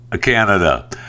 canada